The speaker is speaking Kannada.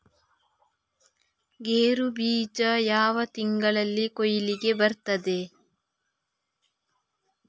ಗೇರು ಬೀಜ ಯಾವ ತಿಂಗಳಲ್ಲಿ ಕೊಯ್ಲಿಗೆ ಬರ್ತದೆ?